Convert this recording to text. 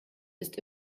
ist